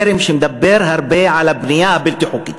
או מהזרם שמדבר הרבה על "הבנייה הבלתי-חוקית